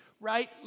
right